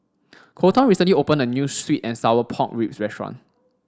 Kolton recently opened a new sweet and sour pork ribs restaurant